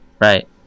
right